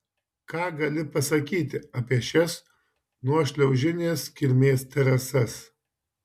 ką gali pasakyti apie šias nuošliaužinės kilmės terasas